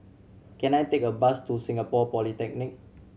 can I take a bus to Singapore Polytechnic